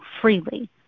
freely